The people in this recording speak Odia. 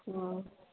ହଁ